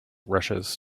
rushes